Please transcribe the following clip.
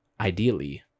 Ideally